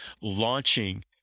launching